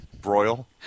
broil